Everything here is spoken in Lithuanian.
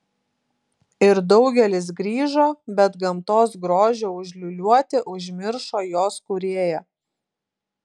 ir daugelis grįžo bet gamtos grožio užliūliuoti užmiršo jos kūrėją